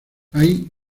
ahí